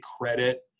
credit